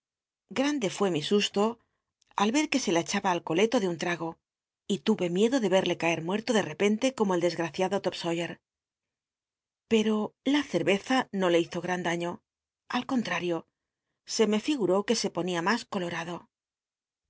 gmndc fué mi susto al ver que se la echaba al coleto tic un lmgo y lu'e miedo de el'le cae muerto de repente como el dcsgaciado l'opsa yc pero la cerreza no le hizo gran daiío al conll'ario se me figuró que se ponía mas colomdo